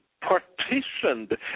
partitioned